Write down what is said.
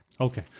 Okay